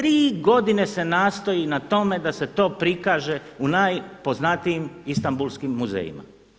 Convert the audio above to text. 3 godine se nastoji na tome da se to prikaže u najpoznatijim istambulskim muzejima.